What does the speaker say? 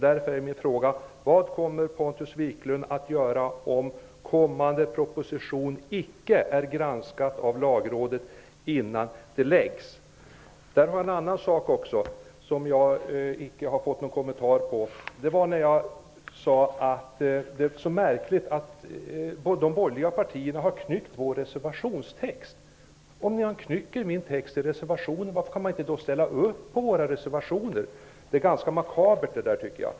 Därför är min fråga: Vad kommer Pontus Wiklund att göra om kommande proposition inte är granskad av Lagrådet innan den läggs fram? Det finns också en annan sak som jag inte har fått någon kommentar till. Jag sade att det var märkligt att de borgerliga partierna har knyckt vår reservationstext. Om man knycker vår text i reservationen -- varför kan man då inte ställa upp på våra reservationer? Detta är makabert, tycker jag.